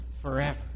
forever